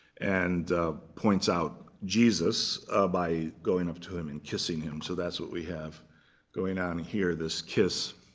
and points out jesus by going up to him and kissing him. so that's what we have going on here, this kiss.